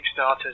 kickstarters